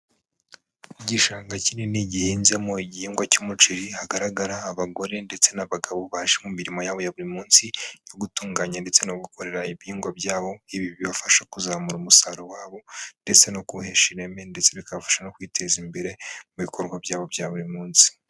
Igishanga kinini gihinzemo igihingwa cy'umuceri hagaragara abagore ndetse n'abagabo baje mu mirimo yabo ya buri munsi yo gutunganya ndetse no gukorera ibihingwa byabo, ibi bibafasha kuzamura umusaruro wabo ndetse no kuhesha ireme ndetse bikabafasha no kwiteza imbere mu bikorwa byabo bya buri munsi.